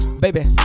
baby